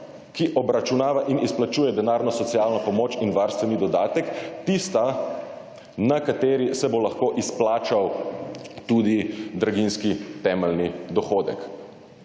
ki obračunava in izplačuje denarno socialno pomoč in varstveni dodatek, tista na kateri se bo lahko izplačal tudi draginjski temeljni dohodek.